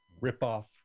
ripoff